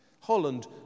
Holland